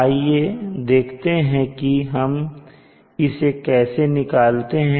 आइए देखते हैं कि हम इसे कैसे निकालते हैं